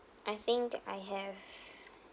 I think I have